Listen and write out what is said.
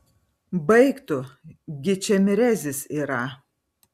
baik tu gi čia mirezis yra